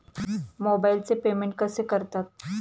मोबाइलचे पेमेंट कसे करतात?